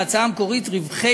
בהצעה המקורית, רווחי